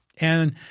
And-